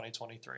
2023